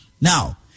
Now